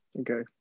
Okay